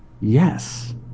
Yes